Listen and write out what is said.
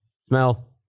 Smell